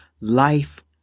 life